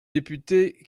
députés